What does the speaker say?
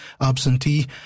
absentee